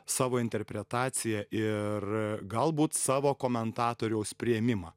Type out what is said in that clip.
savo interpretaciją ir galbūt savo komentatoriaus priėmimą